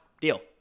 deal